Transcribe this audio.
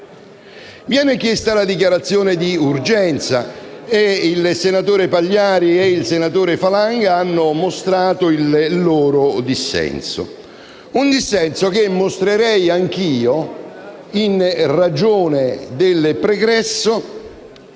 Viene chiesta la dichiarazione di urgenza e i senatori Pagliari e Falanga hanno mostrato il loro dissenso, che manifesterei anch'io in ragione del pregresso.